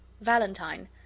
Valentine